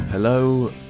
Hello